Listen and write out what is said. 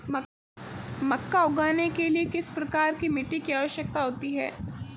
मक्का उगाने के लिए किस प्रकार की मिट्टी की आवश्यकता होती है?